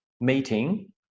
meeting